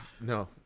no